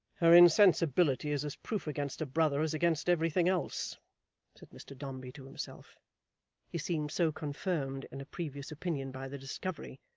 her insensibility is as proof against a brother as against every thing else said mr dombey to himself he seemed so confirmed in a previous opinion by the discovery,